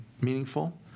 meaningful